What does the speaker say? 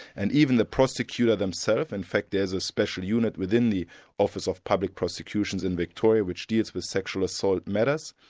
and even the prosecutor themselves, in fact there's a special unit within the office of public prosecutions in victoria which deals with sexual assault matters,